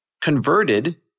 converted